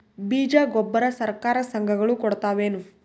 ಬೀಜ ಗೊಬ್ಬರ ಸರಕಾರ, ಸಂಘ ಗಳು ಕೊಡುತಾವೇನು?